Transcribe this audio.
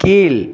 கீழ்